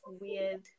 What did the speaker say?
weird